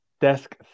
desk